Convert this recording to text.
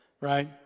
right